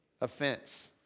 Offense